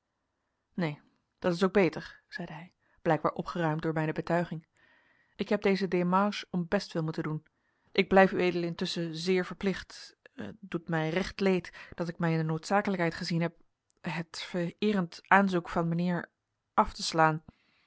neen dat is ook beter zeide hij blijkbaar opgeruimd door mijne betuiging ik heb deze démarche om bestwil moeten doen ik blijf ued intusschen zeer verplicht het doet mij recht leed dat ik mij in de noodzakelijkheid gezien heb het vereerend aanzoek van mijnheer af te slaan